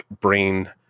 brain